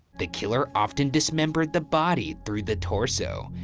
the killer often dismembered the body through the torso.